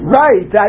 right